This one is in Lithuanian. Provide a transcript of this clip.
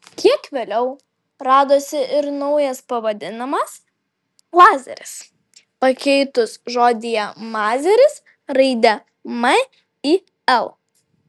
kiek vėliau radosi ir naujas pavadinimas lazeris pakeitus žodyje mazeris raidę m į l